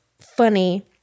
funny